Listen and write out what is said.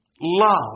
love